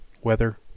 Weather